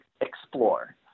explore